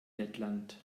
lettland